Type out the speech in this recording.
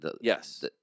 Yes